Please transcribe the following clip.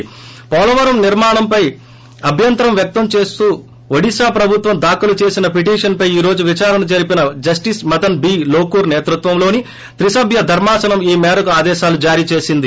వోలవరం నిర్మాణంపై అభ్యంతరం వ్యక్తం చేస్తూ ఒడిశా ప్రభుత్వం దాఖలు చేసిన పిటిషన్పై ఈ రోజు విదారణ జరిపిన జస్టిస్ మదన్ బి లోకూర్ సేతృత్వంలోని త్రిసభ్వ ధర్మాసనం ఈ మేరకు ఆదేశాలు జారీ చేసింది